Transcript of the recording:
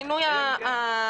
כן.